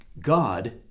God